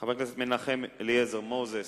חבר הכנסת מנחם אליעזר מוזס,